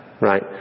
right